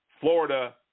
Florida